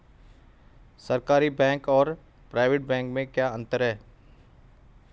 सरकारी बैंक और private bank में क्या क्या अंतर हैं?